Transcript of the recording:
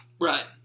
Right